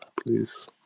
please